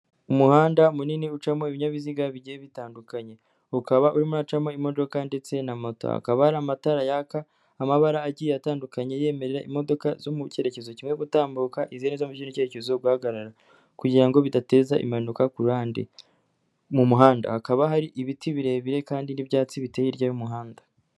Umuhanda munini ucamo ibinyabiziga bigiye bitandukanye, ukaba urimo gucamo imodoka ndetse na moto, akaba ari amatara yaka amabara agiye atandukanye yemerera imodoka zo mu cyerekezo kimwe gutambuka izindi zo mukindi cyerekezo guhagarara, kugira bidateza impanuka mu muhanda. Hakaba hari ibiti birebire kandi n'ibyatsi biteye hirya y'umuhanda.